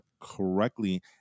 correctly